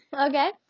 okay